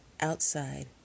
outside